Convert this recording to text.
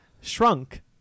Shrunk